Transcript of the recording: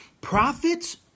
profits